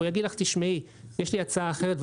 והוא יגיד לך שיש לו הצעה אחרת,